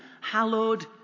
hallowed